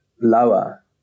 Lower